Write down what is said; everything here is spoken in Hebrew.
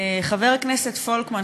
חבר הכנסת פולקמן,